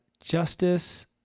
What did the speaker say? justice